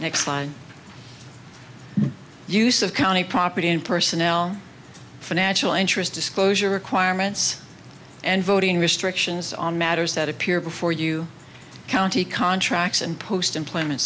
next line use of county property and personal financial interest disclosure requirements and voting restrictions on matters that appear before you can t contracts and post employment